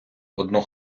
одну